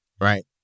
right